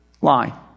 lie